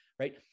Right